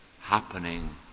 happening